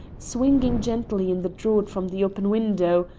swinging gently in the draught from the open window,